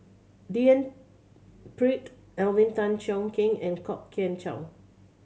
D N Pritt Alvin Tan Cheong Kheng and Kwok Kian Chow